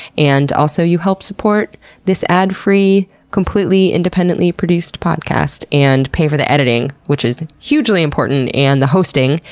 and also you help support this ad-free, completely independently produced podcast, and pay for the editing, which is hugely important, and the hosting,